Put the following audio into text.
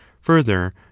further